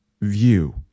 view